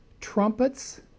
trumpets